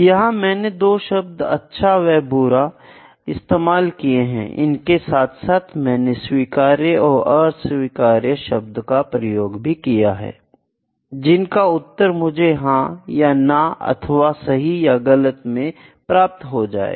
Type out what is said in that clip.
यहां मैंने दो शब्द अच्छा या बुरा इस्तेमाल किए हैं इनके साथ साथ मैंने स्वीकार्य एवं अस्वीकार्य शब्द का प्रयोग भी किया है जिनका उत्तर मुझे हां या ना अथवा सही या गलत से प्राप्त होता है